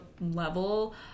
level